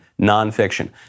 nonfiction